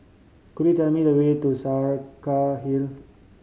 could you tell me the way to Saraca Hill